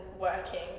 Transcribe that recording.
working